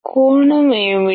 కోణం ఏమిటి